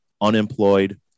unemployed